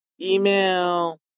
email